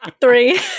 Three